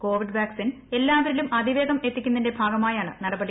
Covid vaccine എല്ലാവരിലും അതിവേഗം എത്തിക്കുന്നതിന്റെ ഭാഗമായാണ് നടപടി